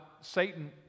Satan